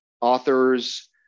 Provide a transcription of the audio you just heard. authors